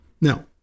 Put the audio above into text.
Now